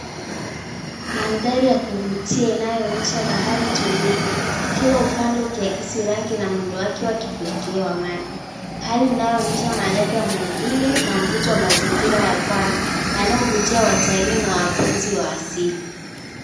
Madhari ya kuvutia inayoonyesha bahari tulivu, kila upande ukiakisi rangi na mwendo wake wa kipekee wa maji. Hali inayoonyesha mahaba ya maumbile na mvuto wa mazingira ya pwani yanayovutia watalii na wapenzi wa asili.